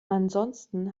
ansonsten